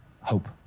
hope